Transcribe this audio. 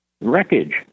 wreckage